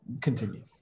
continue